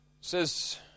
says